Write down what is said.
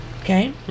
Okay